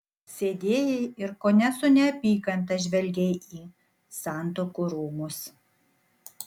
sėdėjai ir kone su neapykanta žvelgei į santuokų rūmus